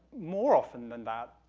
more often than that,